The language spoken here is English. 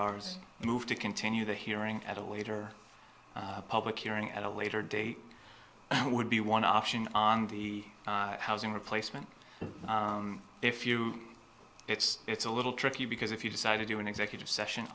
r's move to continue the hearing at a later public hearing at a later date would be one option on the housing replacement if you it's it's a little tricky because if you decide to do an executive session